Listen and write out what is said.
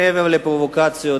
מעבר לפרובוקציות,